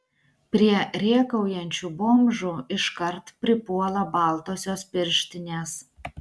prie rėkaujančių bomžų iškart pripuola baltosios pirštinės